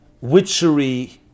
witchery